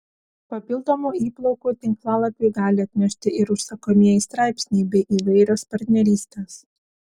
papildomų įplaukų tinklalapiui gali atnešti ir užsakomieji straipsniai bei įvairios partnerystės